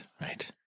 Right